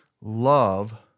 love